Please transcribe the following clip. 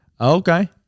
Okay